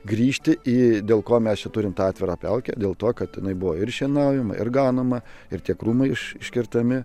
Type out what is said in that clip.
grįžti į dėl ko mes čia turime atvirą pelkę dėl to kad jinai buvo ir šienaujama ir gaunama ir tie krūmai iškertami